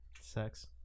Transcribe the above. sex